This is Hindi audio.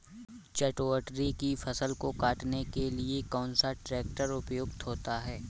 चटवटरी की फसल को काटने के लिए कौन सा ट्रैक्टर उपयुक्त होता है?